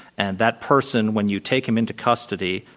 and that person, when you take him into custody,